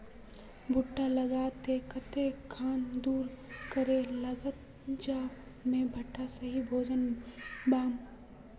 भुट्टा लगा ले कते खान दूरी करे लगाम ज मोर भुट्टा सही भोजन पाम?